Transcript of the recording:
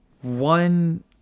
One